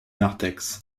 narthex